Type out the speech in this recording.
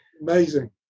amazing